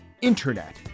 internet